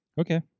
okay